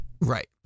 Right